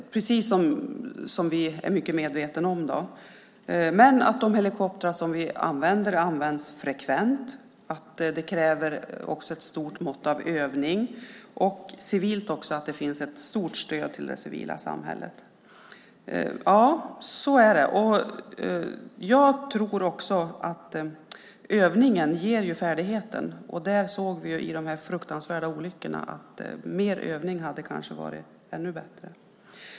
Detta är vi mycket medvetna om. Där står också att de helikoptrar som vi använder används frekvent, att det kräver ett stort mått av övning och att det också ska finnas ett stort stöd till det civila samhället. Så är det, och jag tror också att övning ger färdighet. Det såg vi i de här fruktansvärda olyckorna. Mer övning hade kanske varit bättre.